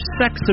sex